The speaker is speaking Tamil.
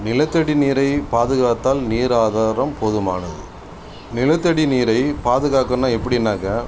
நிலத்தடி நீரை பாதுகாத்தால் நீர் ஆதாரம் போதுமானது நிலத்தடி நீரை பாதுகாக்கணுன்னால் எப்படின்னாக்கா